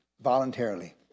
voluntarily